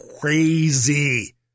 crazy